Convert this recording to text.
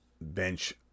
bench